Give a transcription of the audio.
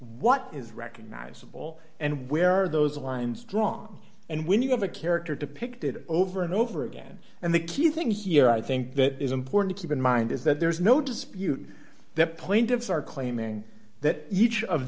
what is recognizable and where are those lines strong and when you have a character depicted over and over again and the key thing here i think that is important to keep in mind is that there's no dispute that plaintiff's are claiming that each of